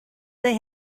they